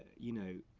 you know,